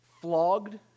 flogged